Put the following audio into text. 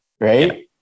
Right